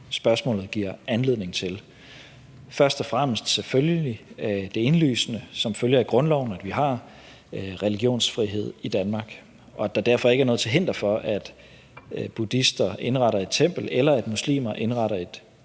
spørgsmålet giver anledning til. Først og fremmest selvfølgelig det indlysende: Som følge af grundloven har vi religionsfrihed i Danmark, og der er derfor ikke noget til hinder for, at buddhister indretter et tempel eller muslimer indretter et